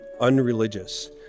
unreligious